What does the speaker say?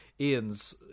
Ian's